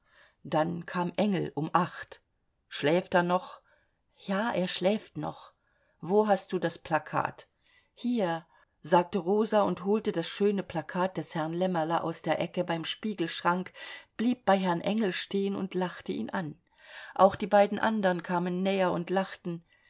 dann kam engel um acht schläft er noch ja er schläft noch wo hast du das plakat hier sagte rosa und holte das schöne plakat des herrn lemmerle aus der ecke beim spiegelschrank blieb bei herrn engel stehen und lachte ihn an auch die beiden andern kamen näher und lachten